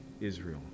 Israel